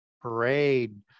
parade